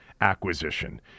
acquisition